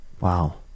Wow